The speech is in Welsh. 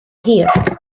hir